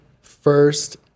first